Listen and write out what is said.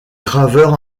graveur